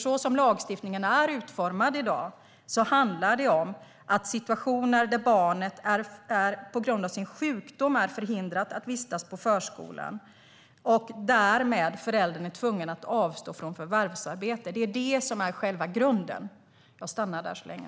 Så som lagstiftningen är utformad i dag är själva grunden situationer där barnet på grund av sin sjukdom är förhindrat att vistas på förskolan och föräldern därmed är tvungen att avstå från förvärvsarbete.